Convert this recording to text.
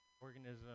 organism